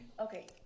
Okay